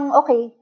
okay